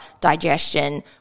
digestion